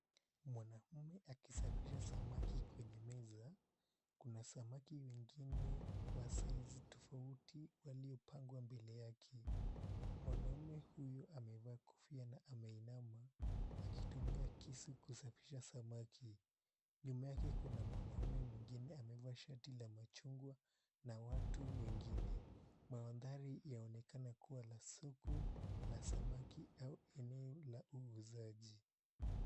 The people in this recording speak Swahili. Mwanaume akisafisha samaki kwenye meza, kuna samaki wengine wa saizi tofauti waliopangwa mbele yake. Mwanaume huyo amevaa kofia na ameinama akitumia kisu kusafisha samaki. Nyuma yake kuna mwanaume mwingine amevaa shati la machungwa na watu wengine. Mandhari yaonekana kuwa la soko la samaki au eneo la uuzaji.